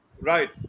Right